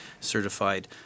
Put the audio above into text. certified